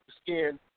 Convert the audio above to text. skin